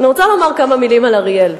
אני רוצה לומר כמה מלים על אריאל,